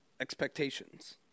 expectations